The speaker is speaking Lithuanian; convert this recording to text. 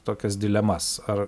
tokias dilemas ar